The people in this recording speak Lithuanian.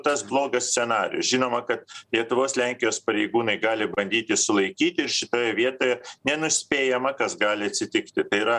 tas blogas scenarijus žinoma kad lietuvos lenkijos pareigūnai gali bandyti sulaikyti ir šioje vietoje nenuspėjama kas gali atsitikti tai yra